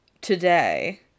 today